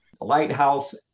Lighthouse